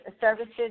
services